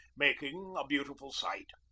making a beautiful sight.